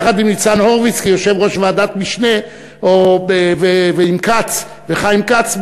יחד עם ניצן הורוביץ כיושב-ראש ועדת משנה ועם חיים כץ,